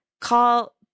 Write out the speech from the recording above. call